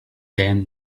them